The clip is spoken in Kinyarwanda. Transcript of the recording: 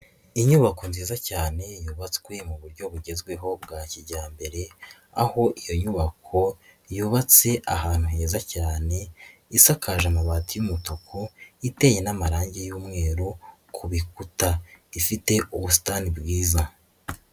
Inyubako nziza cyane yubatswe mu buryo bugezweho bwa kijyambere, aho iyo nyubako yubatse ahantu heza cyane, isakaje amabati y'umutuku, iteye n'amarange y'umweru kubikuta, ifite ubusitani bwiza.